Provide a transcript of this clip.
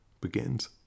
begins